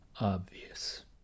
obvious